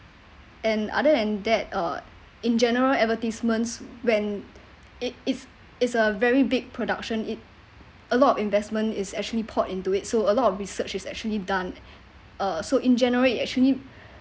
and other than that uh in general advertisements when it it's is a very big production it a lot of investment is actually poured into it so a lot of research is actually done uh so in general it actually